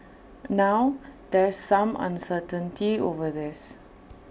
now there's some uncertainty over this